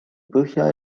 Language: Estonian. põhja